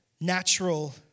natural